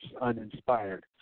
uninspired